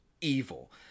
evil